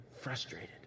frustrated